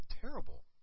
terrible